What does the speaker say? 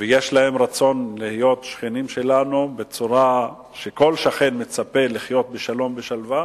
ויש להם רצון להיות שכנים שלנו בצורה שכל שכן מצפה לחיות בשלום ובשלווה,